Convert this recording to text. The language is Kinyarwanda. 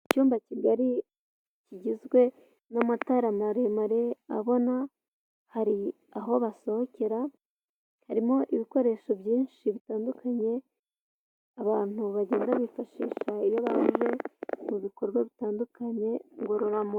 Icyumba kigari kigizwe n'amatara maremare abona, hari aho basohokera, harimo ibikoresho byinshi bitandukanye abantu bagenda bifashisha iyo bakoze ibikorwa bitandukanye ngororamubiri.